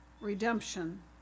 redemption